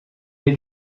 est